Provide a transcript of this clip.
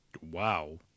Wow